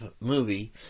movie